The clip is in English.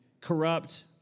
corrupt